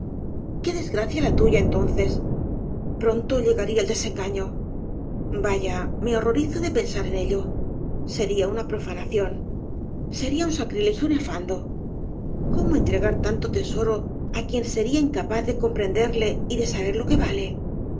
qué desgracia la tuya entonces pronto llegaría el desengaño va ya me horrorizo de pensar en ello sería una profanación sería un sacrilegio nefando cómo entregar tanto tesoro á quien sería incapaz de com prenderle y de saber lo que vale